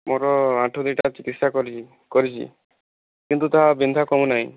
ମୋର ଆଣ୍ଠୁ ଦୁଇଟା ଚିକିତ୍ସା କରିଛି କରିଛି କିନ୍ତୁ ତା ବିନ୍ଧା କମୁନାହିଁ